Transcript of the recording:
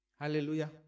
Hallelujah